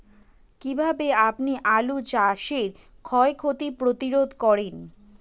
কীভাবে আপনি আলু চাষের ক্ষয় ক্ষতি প্রতিরোধ করেন?